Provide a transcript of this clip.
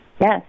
Yes